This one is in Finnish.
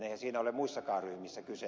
eihän siitä ole muissakaan ryhmissä kyse